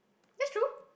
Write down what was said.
that's true